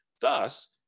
thus